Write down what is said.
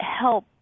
help